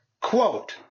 Quote